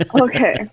Okay